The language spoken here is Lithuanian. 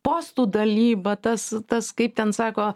postų dalyba tas tas kaip ten sako